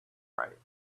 right